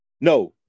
No